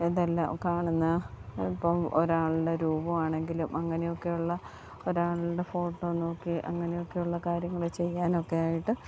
ഇതെല്ലാം കാണുന്ന ഇപ്പം ഒരാളുടെ രൂപമാണെങ്കിലും അങ്ങനെയൊക്കെയുള്ള ഒരാളുടെ ഫോട്ടോ നോക്കി അങ്ങനെയൊക്കെയുള്ള കാര്യങ്ങൾ ചെയ്യാനൊക്കെയായിട്ട്